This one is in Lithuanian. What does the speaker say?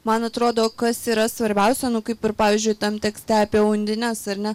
man atrodo kas yra svarbiausia kaip ir pavyzdžiui tam tekste apie undines ar ne